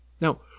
Now